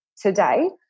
today